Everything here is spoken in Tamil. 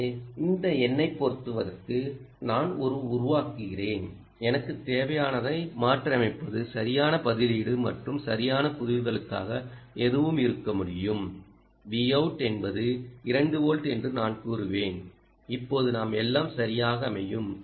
எனவே இந்த எண்ணை பொருத்துவதற்கு நான் ஒரு உருவாக்குகிறேன் எனக்கு தேவையானதை மாற்றியமைப்பது சரியான பதிலீடு மற்றும் சரியான புரிதலுக்காக எதுவும் இருக்க முடியும் Vout என்பது 2 வோல்ட் என்று நான் கூறுவேன் இப்போது நாம் எல்லாம் சரியாக அமையும்